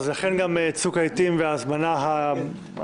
אז לכן גם צוק העתים וההזמנה הקצרה.